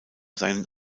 seinen